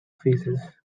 phases